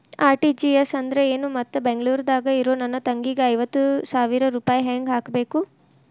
RTGS ಅಂದ್ರ ಏನು ಮತ್ತ ಬೆಂಗಳೂರದಾಗ್ ಇರೋ ನನ್ನ ತಂಗಿಗೆ ಐವತ್ತು ಸಾವಿರ ರೂಪಾಯಿ ಹೆಂಗ್ ಹಾಕಬೇಕು?